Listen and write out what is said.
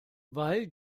weil